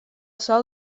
sòl